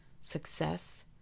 success